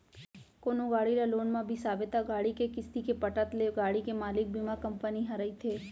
कोनो गाड़ी ल लोन म बिसाबे त गाड़ी के किस्ती के पटत ले गाड़ी के मालिक बीमा कंपनी ह रहिथे